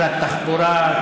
משרד התחבורה,